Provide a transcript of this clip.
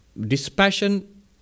dispassion